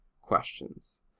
questions